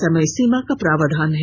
समय सीमा का प्रावधान है